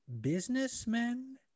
businessmen